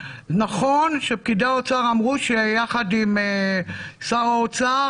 נכון שפקידי האוצר אמרו שיחד עם שר האוצר